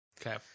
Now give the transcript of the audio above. Okay